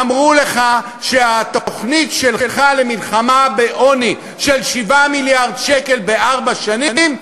אמרו לך שהתוכנית שלך למלחמה בעוני של 7 מיליארד שקל בארבע שנים,